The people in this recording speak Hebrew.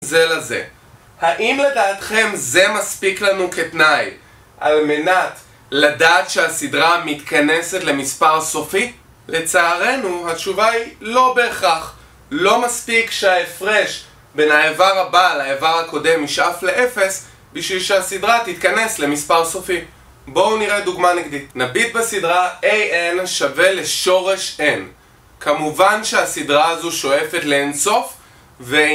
זה לזה, האם לדעתכם זה מספיק לנו כתנאי על מנת לדעת שהסדרה מתכנסת למספר סופי? לצערנו התשובה היא לא בהכרח לא מספיק שההפרש בין האיבר הבא לאיבר הקודם ישאף לאפס בשביל שהסדרה תתכנס למספר סופי, בואו נראה דוגמה נגדית, נביט בסדרה na שווה לשורש n כמובן שהסדרה הזו שואפת לאינסוף ו..